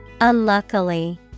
Unluckily